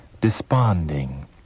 desponding